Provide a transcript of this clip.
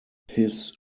his